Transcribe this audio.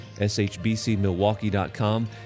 shbcmilwaukee.com